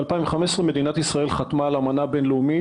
ב-2015 מדינת ישראל חתמה על אמנה בין-לאומית,